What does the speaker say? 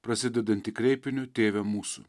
prasidedanti kreipiniu tėve mūsų